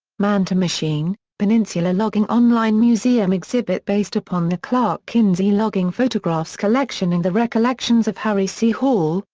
man to machine peninsula logging online museum exhibit based upon the clark kinsey logging photographs collection and the recollections of harry c. hall,